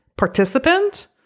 participant